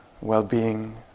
well-being